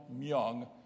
Myung